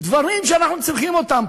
דברים שאנחנו צריכים אותם.